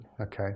Okay